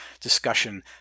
discussion